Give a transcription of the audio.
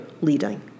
leading